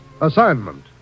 Assignment